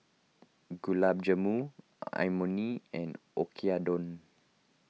Gulab Jamun Imoni and